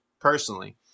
Personally